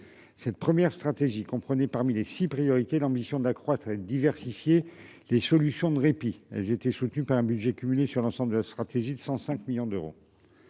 Cette première stratégie comprenait parmi les 6 priorité l'ambition d'accroître et diversifier les solutions de répit. Elle était soutenue par un budget cumulé sur l'ensemble de la stratégie de 105 millions d'euros.